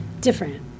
different